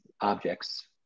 objects